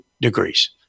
degrees